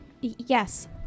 yes